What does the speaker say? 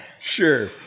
Sure